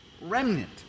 remnant